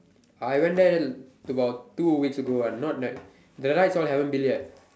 the rides all haven't build yet